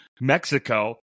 Mexico